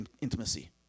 intimacy